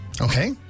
Okay